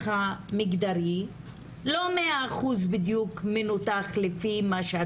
מגדרי לכל סוגיה כדי להבין איך זה משפיע,